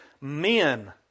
men